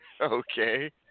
Okay